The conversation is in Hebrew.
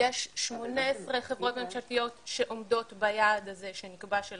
יש 18 חברות ממשלתיות שעומדות ביעד הזה שנקבע, של